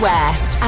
West